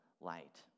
light